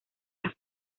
las